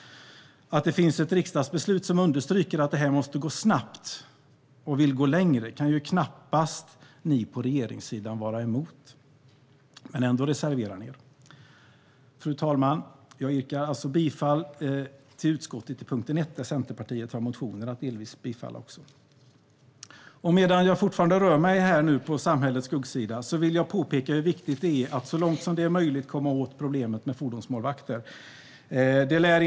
Att det finns ett riksdagsbeslut som understryker att detta måste gå snabbt och längre kan ju knappast ni på regeringssidan vara emot. Men ändå reserverar ni er. Fru talman! Jag yrkar bifall till utskottets förslag under punkt 1, där det också finns motioner från Centerpartiet. Medan jag fortfarande rör mig här på samhällets skuggsida vill jag påpeka hur viktigt det är att så långt som det är möjligt komma åt problemet med fordonsmålvakter.